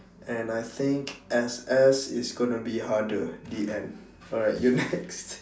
and I think S_S is gonna be harder the end alright you next